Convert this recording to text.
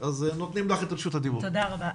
תודה רבה.